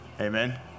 amen